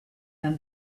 than